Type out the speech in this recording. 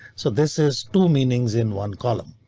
so this is two meanings in one column.